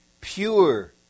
pure